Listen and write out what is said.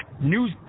news